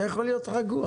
אתה יכול להיות רגוע.